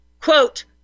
Quote